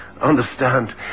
Understand